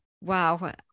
wow